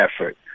effort